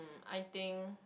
I think